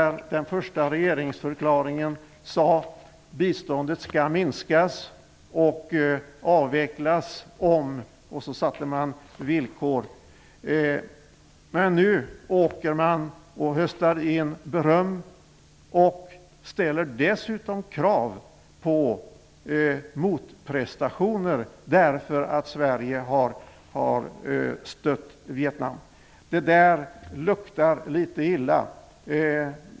I den första regeringsförklaringen sade man att biståndet skulle minskas och avvecklas om inte vissa villkor uppfylldes. Men nu åker man dit och höstar in beröm. Man ställer dessutom krav på motprestationer, därför att Sverige har stött Vietnam. Det där luktar litet illa.